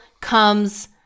comes